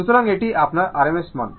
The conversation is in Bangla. সুতরাং এটি আপনার rms মান